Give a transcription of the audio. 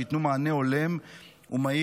שייתנו מענה הולם ומהיר